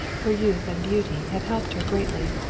her youth and beauty have helped her greatly.